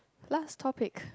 last topic